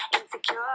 Insecure